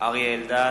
אריה אלדד,